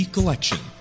Collection